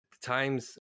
times